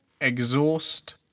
exhaust